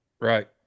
Right